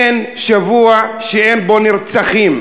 אין שבוע שאין בו נרצחים.